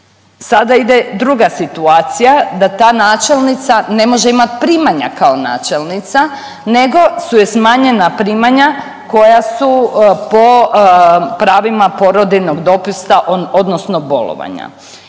sada ide druga situacija da ta načelnica ne može imat primanja kao načelnica nego su joj smanjena primanja koja su po pravila porodiljnog dopusta odnosno bolovanja